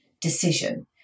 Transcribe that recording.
decision